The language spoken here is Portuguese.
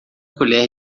colher